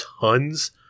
tons